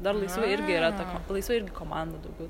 dar laisvai irgi yra tokia laisvai irgi komanda daugiau